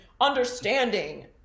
understanding